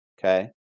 Okay